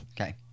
Okay